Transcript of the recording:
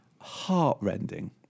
heartrending